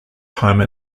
time